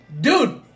dude